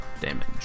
damage